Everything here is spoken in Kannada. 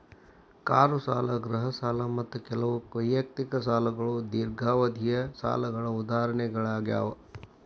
ಕಾರು ಸಾಲ ಗೃಹ ಸಾಲ ಮತ್ತ ಕೆಲವು ವೈಯಕ್ತಿಕ ಸಾಲಗಳು ದೇರ್ಘಾವಧಿಯ ಸಾಲಗಳ ಉದಾಹರಣೆಗಳಾಗ್ಯಾವ